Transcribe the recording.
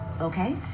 Okay